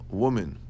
woman